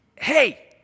hey